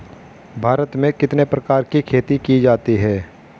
भारत में कितने प्रकार की खेती की जाती हैं?